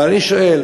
אבל אני שואל,